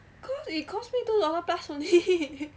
cause it cost me two dollar plus only